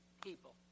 people